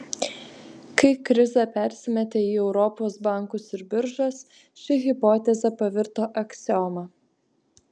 kai krizė persimetė į europos bankus ir biržas ši hipotezė pavirto aksioma